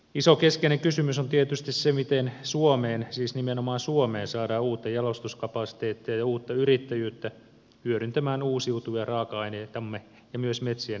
iso keskeinen kysymys on tietysti se miten suomeen siis nimenomaan suomeen saadaan uutta jalostuskapasiteettia ja uutta yrittäjyyttä hyödyntämään uusiutuvia raaka aineitamme ja myös metsien ekosysteemipalveluita